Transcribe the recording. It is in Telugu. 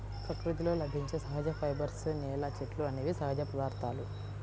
ప్రకృతిలో లభించే సహజ ఫైబర్స్, నేల, చెట్లు అనేవి సహజ పదార్థాలు